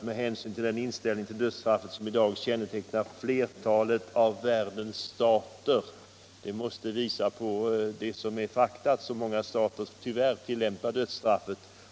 ”Med hänsyn till den inställning till dödsstraffet som i dag kännetecknar fertalet av världens stater —--." Det visar på det beklagliga faktum att många stater tyvärr tillämpar dödsstraffet.